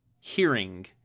hearing